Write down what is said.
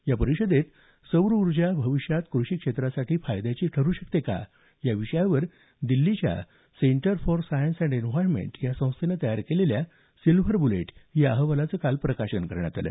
या परिषदेत सौर उर्जा भविष्यात कृषि क्षेत्रासाठी फायद्याची ठरू शकते का या विषयावर दिल्लीच्या Centre for Science and Environment या संस्थेनं तयार केलेल्या सिल्व्हर बुलेट या अहवालाचं काल प्रकाशन करण्यात आलं